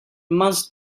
must